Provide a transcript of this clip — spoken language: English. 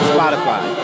Spotify